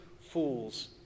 fools